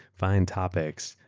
find topics,